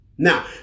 Now